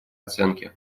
оценки